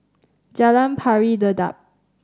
Jalan Pari Dedap